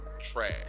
trash